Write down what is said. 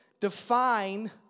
define